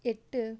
எட்டு